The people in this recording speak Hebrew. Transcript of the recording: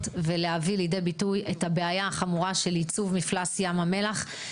ולהביא לידי ביטוי את הבעיה החמורה של ייצוב במפלס ים המלח.